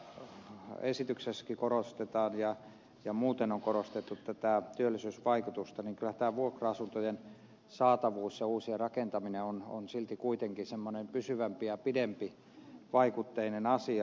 vaikka täällä esityksessäkin korostetaan ja muuten on korostettu tätä työllisyysvaikutusta niin kyllähän tämä vuokra asuntojen saatavuus ja uusien rakentaminen on silti semmoinen pysyvämpi ja pidempivaikutteinen asia